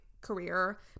career